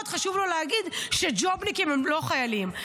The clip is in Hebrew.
חשוב לו להגיד שג'ובניקים הם לא חיילים.